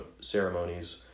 ceremonies